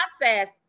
process